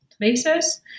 places